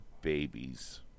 babies